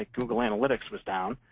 ah google analytics was down.